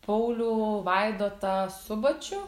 paulių vaidotą subačių